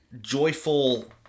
joyful